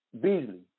Beasley